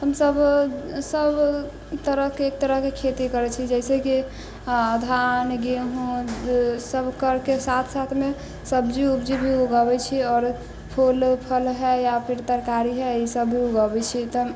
हमसब सब तरह के एक तरह के खेती करै छी जैसे की धान गेहूँ सब करके साथ साथ मे सब्जी उब्जी भी उगाबे छियै आओर फूल फल है या फिर तरकारी है इसब भी उगबै छियै